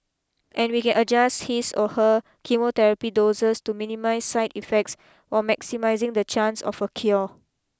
and we can adjust his or her chemotherapy doses to minimise side effects while maximising the chance of a cure